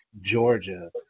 Georgia